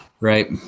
Right